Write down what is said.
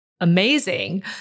amazing